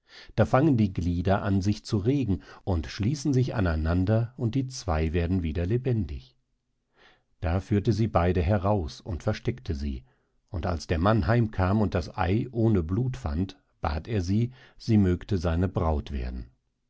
da fangen die glieder an sich zu regen und schließen sich aneinander und die zwei werden wieder lebendig da führte sie beide heraus und versteckte sie und als der mann heim kam und das ei ohne blut fand bat er sie sie mögte seine braut werden